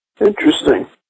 Interesting